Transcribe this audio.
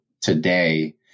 today